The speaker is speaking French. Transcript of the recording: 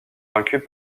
vaincues